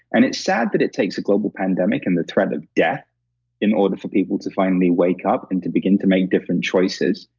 and it's sad that it takes a global pandemic and the threat of death in order for people to finally wake up and to begin to make different choices,